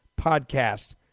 podcast